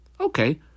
Okay